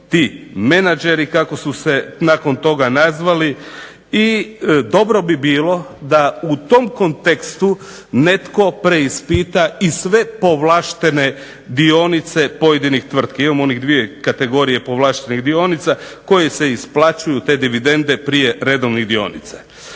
ti menadžeri kako su se nakon toga nazvali. I dobro bi bilo da u tom kontekstu netko preispita i sve povlaštene dionice pojedinih tvrtki. Imamo onih dvije kategorije povlaštenih dionica koji se isplaćuju te dividende prije redovnih dionica.